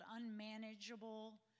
unmanageable